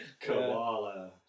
Koala